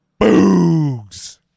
Boogs